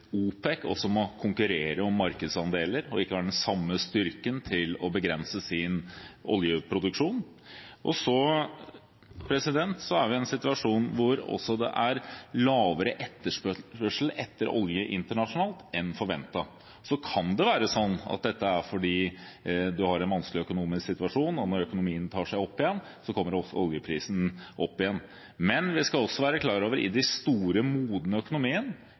OPEC også må konkurrere om markedsandeler, og ikke har den samme styrken til å begrense sin oljeproduksjon. Og så er vi i en situasjon hvor det også er lavere etterspørsel etter olje internasjonalt enn forventet. Så kan det være sånn at dette er fordi man har en vanskelig økonomisk situasjon, og når økonomien tar seg opp igjen, kommer også oljeprisen opp igjen. Men vi skal også være klar over at i de store, modne